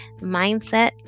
mindset